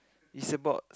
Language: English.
is about